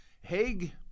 Haig